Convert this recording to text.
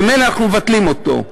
וממילא אנחנו מבטלים אותו.